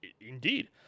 Indeed